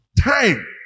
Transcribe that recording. time